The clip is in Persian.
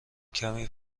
کمی